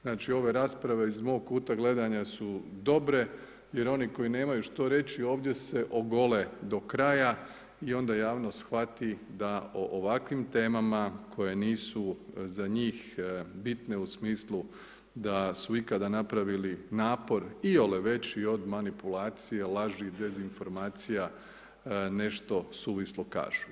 Znači ova rasprava iz mog kuta gledanja su dobre, jer oni koji nemaju što reći, ovdje se ogole do kraja i onda javnost shvati da o ovakvim temama, koje nisu za njih bitne, u smislu da su ikada napravili napor … od manipulacija, laži, dezinformacija, nešto suvislo kažu.